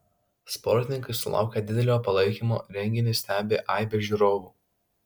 sportininkai sulaukia didelio palaikymo renginį stebi aibė žiūrovų